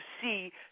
see